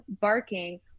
barking